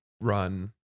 run